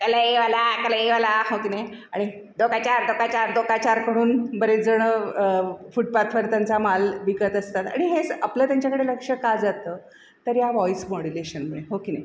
कलईवाला कलईवाला हो की नाही आणि दो का चार दो का चार दो का चार करून बरेच जण फुटपाथवर त्यांचा माल विकत असतात आणि हे आपलं त्यांच्याकडे लक्ष का जातं तर या वॉईस मॉड्युलेशनमुळे हो की नाही